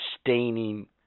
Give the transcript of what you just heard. staining